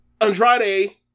Andrade